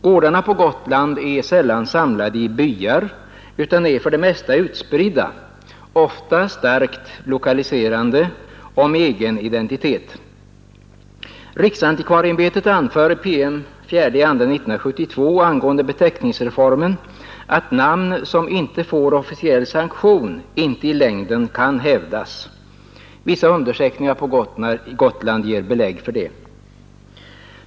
Gårdarna på Gotland är sällan samlade i byar utan är för det mesta utspridda, ofta starkt lokaliserade och med egen identitet. Riksantikvarieämbetet anför i PM den 4 februari 1972 angående beteckningsreformen, att namn som inte får officiell sanktion inte i längden kan hävdas. Vissa undersökningar på Gotland ger belägg för det.